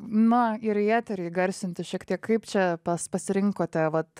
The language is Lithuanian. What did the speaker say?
na ir į eterį įgarsinti šiek tiek kaip čia pas pasirinkote vat